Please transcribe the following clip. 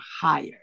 higher